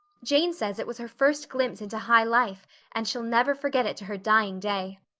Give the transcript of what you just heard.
jane says it was her first glimpse into high life and she'll never forget it to her dying day.